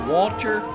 Walter